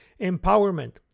Empowerment